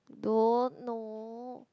don't know